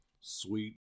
sweet